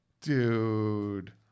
Dude